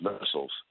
missiles